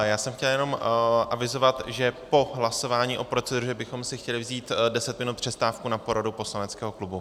Já jsem chtěl jenom avizovat, že po hlasování o proceduře bychom si chtěli vzít deset minut přestávku na poradu poslaneckého klubu.